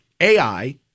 AI